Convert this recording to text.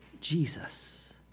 Jesus